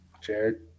Jared